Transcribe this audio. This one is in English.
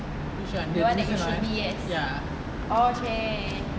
the one you show me yes oh !chey!